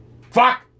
Fuck